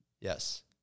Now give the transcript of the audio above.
Yes